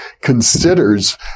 considers